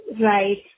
Right